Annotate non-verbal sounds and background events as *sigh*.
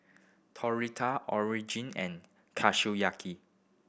Tortilla Origin and *unintelligible*